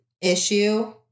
issue